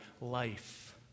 life